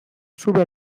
sube